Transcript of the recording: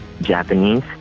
Japanese